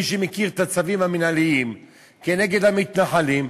מי שמכיר את הצווים המינהליים כנגד המתנחלים,